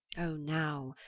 o now,